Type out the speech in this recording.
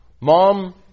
mom